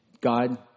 God